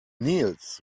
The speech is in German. nils